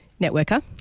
networker